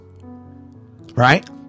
right